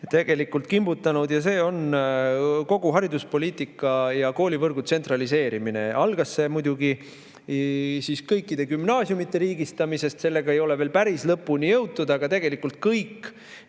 tegelikult kimbutanud, ja see on kogu hariduspoliitika ja koolivõrgu tsentraliseerimine. Algas see muidugi kõikide gümnaasiumide riigistamisest, sellega ei ole veel päris lõpuni jõutud, aga tegelikult kõik